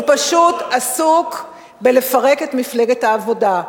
הוא פשוט עסוק בלפרק את מפלגת העבודה.